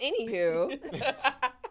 anywho